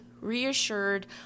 reassured